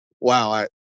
wow